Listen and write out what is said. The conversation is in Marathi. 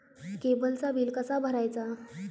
केबलचा बिल कसा भरायचा?